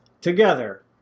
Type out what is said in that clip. together